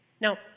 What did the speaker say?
Now